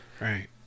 Right